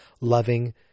loving